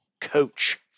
coach